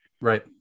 Right